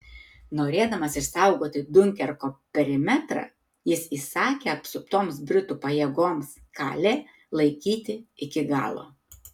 norėdamas išsaugoti diunkerko perimetrą jis įsakė apsuptoms britų pajėgoms kalė laikyti iki galo